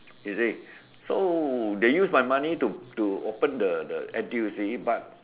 you see so they use my money to to open the the N_T_U_C but